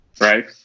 right